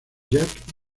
jack